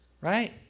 right